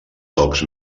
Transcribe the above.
tocs